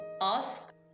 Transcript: ask